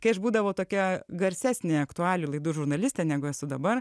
kai aš būdavau tokia garsesnė aktualijų laidų žurnalistė negu esu dabar